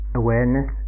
awareness